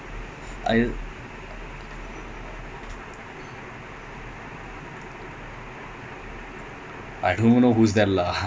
then they have they have legit no one they have the the derm dermave johnathan tah